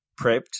prepped